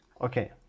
okay